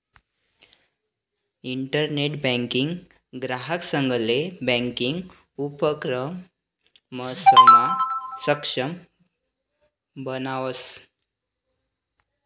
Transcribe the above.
internet banking ग्राहकंसले banking उपक्रमसमा सक्षम बनावस